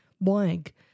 blank